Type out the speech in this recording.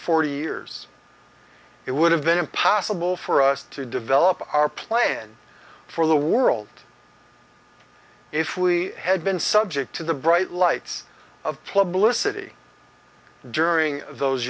forty years it would have been impossible for us to develop our plan for the world if we had been subject to the bright lights of club illicitly during those